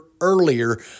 earlier